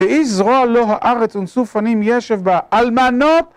וְאִ֣ישׁ זְ֭רוֹעַ ל֣וֹ הָאָ֑רֶץ וּנְשׂ֥וּא פָ֝נִ֗ים יֵ֣שֶׁב בָּֽהּ׃ אַ֭לְמָנוֹת...